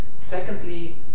Secondly